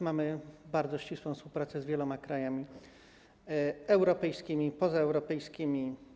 Mamy bardzo ścisłą współpracę z wieloma krajami europejskimi i pozaeuropejskimi.